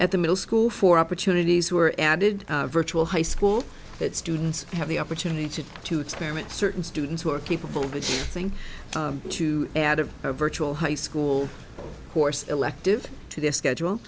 at the middle school for opportunities who are added virtual high school that students have the opportunity to experiment certain students who are capable but thing to add a virtual high school course elective to their schedule